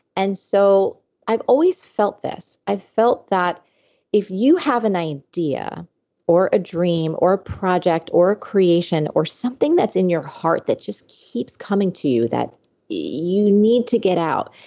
and so i've always felt this. i felt that if you have an idea or a dream or a project or a creation or something that's in your heart that just keeps coming to you that you need to get out,